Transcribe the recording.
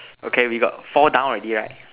okay we got four down already right